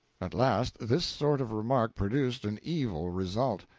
at last this sort of remark produced an evil result.